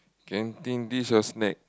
canteen dish or snack